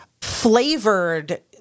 flavored